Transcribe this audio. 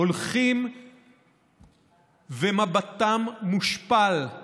הולכים ומבטם מושפל.